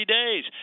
days